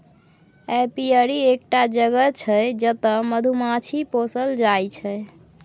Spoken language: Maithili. एपीयरी एकटा जगह छै जतय मधुमाछी पोसल जाइ छै